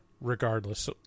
regardless